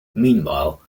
meanwhile